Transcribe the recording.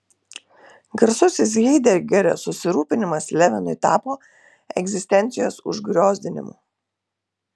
garsusis haidegerio susirūpinimas levinui tapo egzistencijos užgriozdinimu